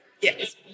Yes